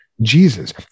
Jesus